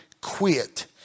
quit